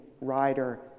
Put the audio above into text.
rider